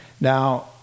Now